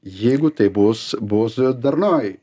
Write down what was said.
jeigu tai bus bus darnoj